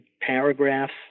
paragraphs